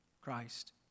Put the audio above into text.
Christ